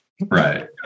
right